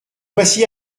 voici